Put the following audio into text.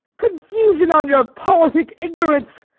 confusion on your politic ignorance!